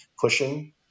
pushing